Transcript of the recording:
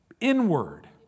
Inward